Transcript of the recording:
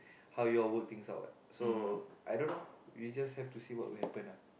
how you all work things out what so I don't know we just have to see what will happen ah